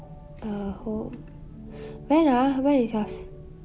err hold~ when ah when is yours